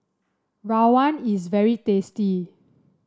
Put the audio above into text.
rawon is very tasty